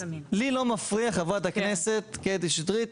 לי לא מפריע חברת הכנסת קטי שטרית,